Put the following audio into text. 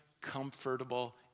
comfortable